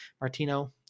Martino